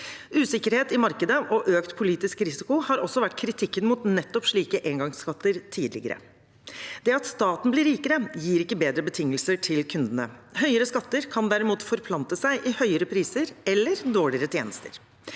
Usikkerhet i markedet og økt politisk risiko har også vært kritikken mot nettopp slike engangsskatter tidligere. Det at staten blir rikere, gir ikke bedre betingelser til kundene. Høyere skatter kan derimot forplante seg og gi høyere priser eller dårligere tjenester.